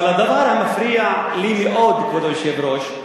אבל הדבר שמפריע לי מאוד, כבוד היושב-ראש,